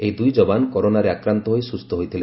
ଏହି ଦୁଇ ଯବାନ କରୋନାରେ ଆକ୍ରାନ୍ତ ହୋଇ ସୁସ୍ଥ ହୋଇଥିଲେ